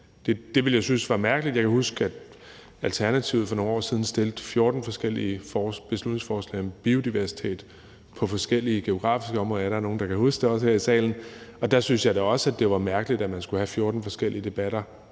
Det ville jeg synes var mærkeligt. Jeg kan huske, at Alternativet for nogle år siden fremsatte 14 forskellige beslutningsforslag om biodiversitet på forskellige geografiske områder – ja, der er nogen, der kan huske det, også her i salen – og der syntes jeg da også, det var mærkeligt, at man i stedet for bare